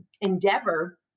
endeavor